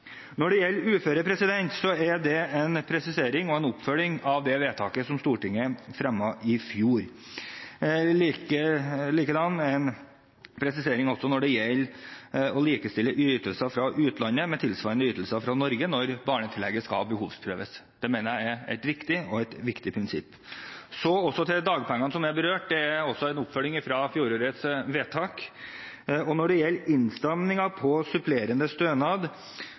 Når det gjelder uføre, er det en presisering og en oppfølging av det vedtaket som Stortinget fremmet i fjor. Likedan er det en presisering når det gjelder å likestille ytelser fra utlandet med tilsvarende ytelser fra Norge når barnetillegget skal behovsprøves. Det mener jeg er et riktig og viktig prinsipp. Så til dagpengene som er berørt – det er også en oppfølging fra fjorårets vedtak. Når det gjelder innstrammingen på supplerende stønad,